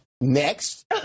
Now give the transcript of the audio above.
next